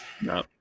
No